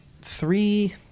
three